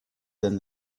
than